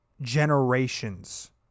generations